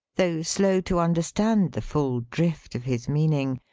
though slow to understand the full drift of his meaning,